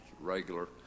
regular